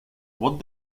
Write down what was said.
what